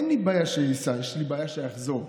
אין לי בעיה שייסע, יש לי בעיה שיחזור.